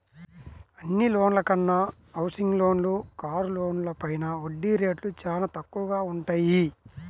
అన్ని లోన్ల కన్నా హౌసింగ్ లోన్లు, కారు లోన్లపైన వడ్డీ రేట్లు చానా తక్కువగా వుంటయ్యి